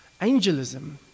Angelism